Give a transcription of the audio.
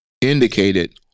indicated